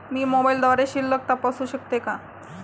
मी मोबाइलद्वारे शिल्लक तपासू शकते का?